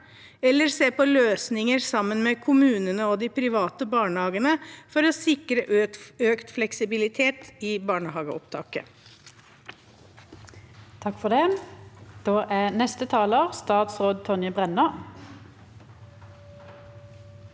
eller se på løsninger sammen med kommunene og de private barnehagene for å sikre økt fleksibilitet i barnehageopptaket?